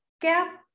gap